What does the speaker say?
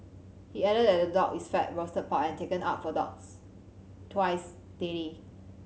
he added that the dog is fed roasted pork and taken out for dogs twice daily